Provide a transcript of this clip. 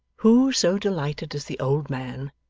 who so delighted as the old man,